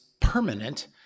permanent